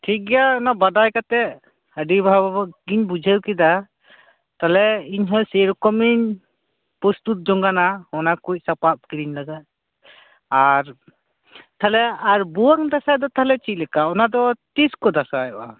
ᱴᱷᱤᱠ ᱜᱮᱭᱟ ᱚᱱᱟ ᱵᱟᱰᱟᱭ ᱠᱟᱛᱮᱫ ᱟ ᱰᱤ ᱵᱷᱟᱜᱮᱧ ᱵᱩᱡᱷᱟᱹᱣ ᱠᱮᱫᱟ ᱛᱟᱦᱚᱞᱮ ᱤᱧᱦᱚᱸ ᱥᱮᱣ ᱨᱚᱠᱚᱢᱮᱧ ᱯᱨᱚᱥᱛᱩᱛ ᱡᱚᱝ ᱠᱟᱱᱟ ᱚᱱᱟ ᱠᱚᱫᱚ ᱥᱟᱯᱟᱵᱽ ᱠᱤᱨᱤᱧ ᱞᱟᱜᱟᱫ ᱟᱨ ᱛᱟᱦᱚᱞᱮ ᱟᱨ ᱵᱷᱩᱭᱟᱝ ᱫᱟᱥᱟᱸᱭ ᱫᱚ ᱛᱟᱦᱚᱞᱮ ᱪᱮᱫ ᱞᱮᱠᱟ ᱚᱱᱟ ᱫᱚ ᱛᱤᱥ ᱠᱚ ᱫᱟᱥᱟᱸᱭᱚᱜ ᱟ